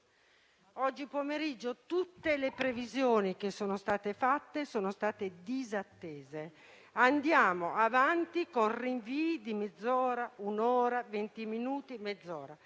oggi pomeriggio. Tutte le previsioni fatte oggi sono state disattese, andiamo avanti con rinvii di mezz'ora, un'ora, venti minuti, mezz'ora.